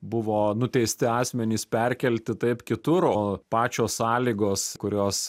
buvo nuteisti asmenys perkelti taip kitur o pačios sąlygos kurios